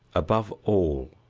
above all,